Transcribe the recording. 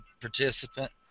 participant